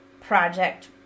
project